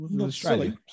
Australia